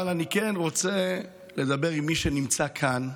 אבל אני כן רוצה לדבר עם מי שנמצא כאן,